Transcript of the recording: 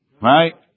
right